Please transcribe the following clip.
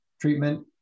treatment